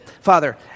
Father